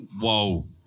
Whoa